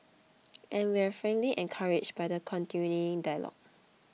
and we're frankly encouraged by the continuing dialogue